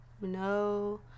No